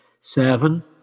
seven